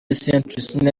century